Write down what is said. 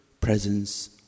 presence